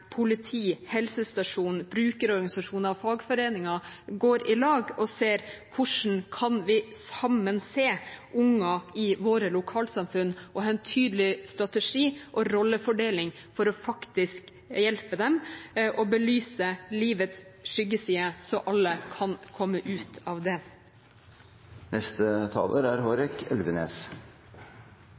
politi, helsestasjon, brukerorganisasjoner og fagforeninger går i lag og ser hvordan vi sammen kan se unger i våre lokalsamfunn, og ha en tydelig strategi og rollefordeling for faktisk å hjelpe dem og belyse livets skyggeside, så alle kan komme ut av